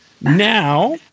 Now